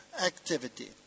activity